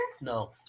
No